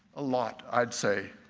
a lot, i'd say.